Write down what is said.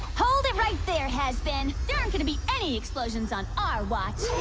hold it right there had been there aren't gonna be any explosions on our watch